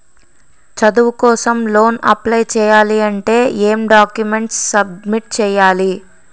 చదువు కోసం loan apply చేయాలి అంటే ఎం డాక్యుమెంట్స్ సబ్మిట్ చేయాలి?